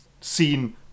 seen